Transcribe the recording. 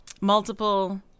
Multiple